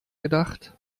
gedacht